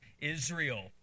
Israel